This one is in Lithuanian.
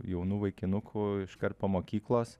jaunų vaikinukų iškart po mokyklos